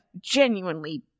genuinely